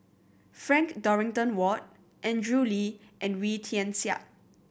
Frank Dorrington Ward Andrew Lee and Wee Tian Siak